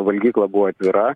valgykla buvo atvira